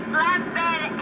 Flatbed